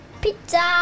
pizza